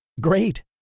Great